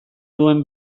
duen